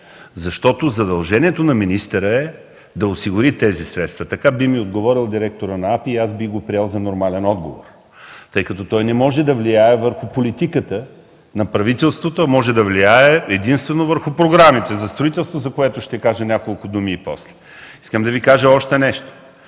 защото задължението на министъра е да осигури тези средства. Така би ми отговорил директорът на АПИ и аз бих го приел за нормален отговор, тъй като той не може да влияе върху политиката на правителството, а може да влияе единствено върху програмите за строителство, за което ще кажа няколко думи после. Още нещо.